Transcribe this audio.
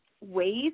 Ways